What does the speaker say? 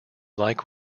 like